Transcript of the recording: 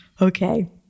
okay